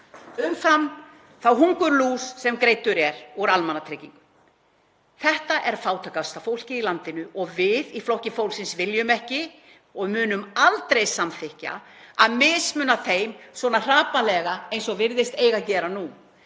umfram þá hungurlús sem greidd er úr almannatryggingum. Þetta er fátækasta fólkið í landinu og við í Flokki fólksins viljum ekki og munum aldrei samþykkja að mismuna því svona hrapallega eins og virðist eiga að gera nú.